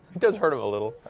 does hurt him a little.